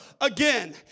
again